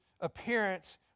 appearance